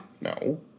No